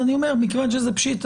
אז אני אומר מכיוון שזה פשיטא,